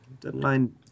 Deadline